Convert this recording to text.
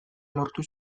lortu